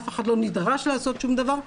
אף אחד לא נדרש לעשות שום דבר,